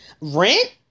rent